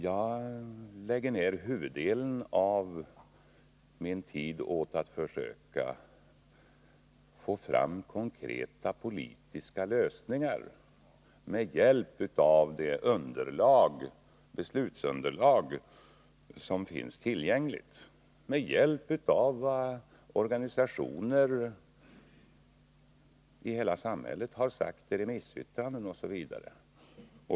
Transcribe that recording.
Jag lägger ner huvuddelen av min tid på att försöka få fram konkreta politiska lösningar med hjälp av det beslutsunderlag som finns tillgängligt, med hjälp av vad organisationer i hela samhället har sagt i remissyttranden osv.